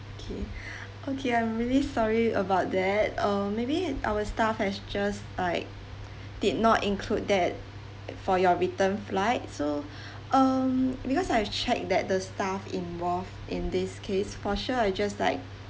okay okay I'm really sorry about that uh maybe our staff has just like did not include that for your return flight so um because I've checked that the staff involved in this case for sure I just like